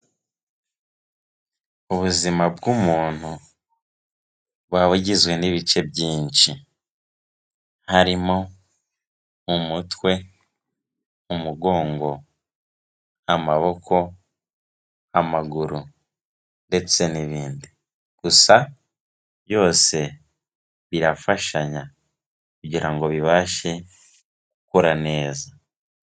Ubuzima bw'umuntu buba bugizwe n'ibice byinshi, harimo umutwe, umugongo, amaboko, amaguru ndetse n'ibindi. Gusa byose birafashanya kugira ngo bibashe gukura neza.